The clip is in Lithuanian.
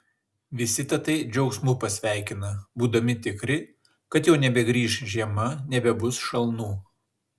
visi tatai džiaugsmu pasveikina būdami tikri kad jau nebegrįš žiema nebebus šalnų